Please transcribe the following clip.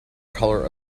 color